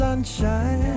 sunshine